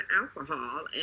alcohol